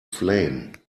flame